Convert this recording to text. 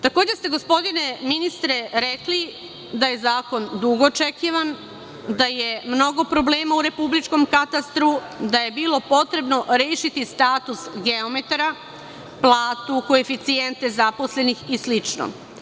Takođe ste, gospodine ministre, rekli da je zakon dugo očekivan, da je mnogo problema u Republičkom katastru, da je bilo potrebno rešiti status geometara, platu, koeficijente zaposlenih i slično.